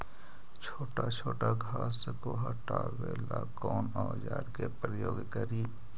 छोटा छोटा घास को हटाबे ला कौन औजार के प्रयोग करि?